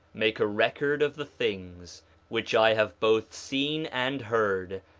make a record of the things which i have both seen and heard,